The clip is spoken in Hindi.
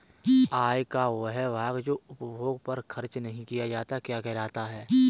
आय का वह भाग जो उपभोग पर खर्च नही किया जाता क्या कहलाता है?